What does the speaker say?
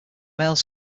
males